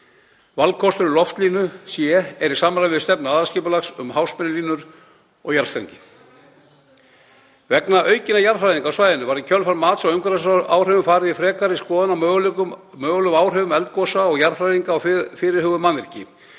Valkostur um loftlínu (C) er í samræmi við stefnu aðalskipulagsins um háspennulínur og jarðstrengi. Vegna aukinna jarðhræringa á svæðinu var í kjölfar mats á umhverfisáhrifum farið í frekari skoðun á mögulegum áhrifum eldgosa og jarðhræringa á fyrirhuguð mannvirki.